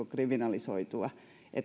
kriminalisoitua